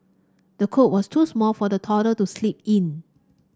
the cot was too small for the toddler to sleep in